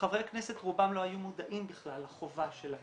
חברי הכנסת רובם לא היו מודעים בכלל לחובה שלהם.